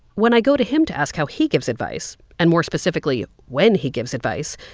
when i go to him to ask how he gives advice and, more specifically, when he gives advice,